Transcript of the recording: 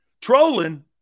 Trolling